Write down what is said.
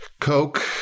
Coke